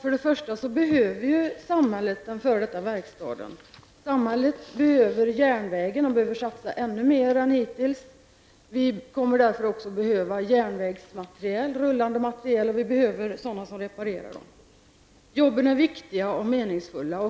Samhället behöver den f.d. verkstaden, och samhället behöver järnvägen. Man behöver satsa ännu mer än hittills. Vi kommer också att behöva järnvägsmateriel, rullande materiel, och vi behöver människor som kan reparera. Jobben är viktiga och meningsfulla.